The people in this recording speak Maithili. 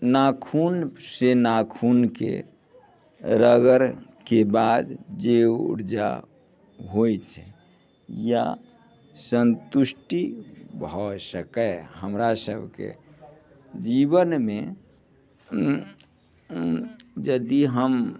नाखून से नाखूनके रगड़के बाद जे ऊर्जा होइत छै या सन्तुष्टि भऽ सकै हमरा सभकेँ जीवनमे यदि हम